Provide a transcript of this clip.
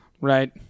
Right